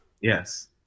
Yes